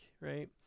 right